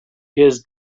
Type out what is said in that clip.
his